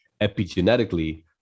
epigenetically